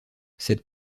cette